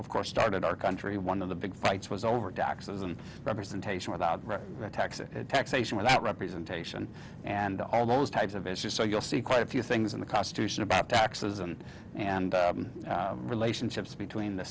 of course started our country one of the big fights was over taxes and representation without taxing taxation without representation and all those types of issues so you'll see quite a few things in the constitution about taxes and and relationships between the